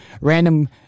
random